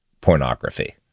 pornography